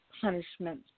punishment